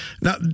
Now